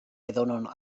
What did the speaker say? edonon